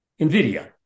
nvidia